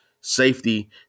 Safety